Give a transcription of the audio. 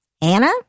Anna